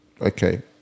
okay